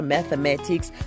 Mathematics